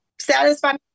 satisfy